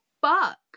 fuck